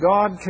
God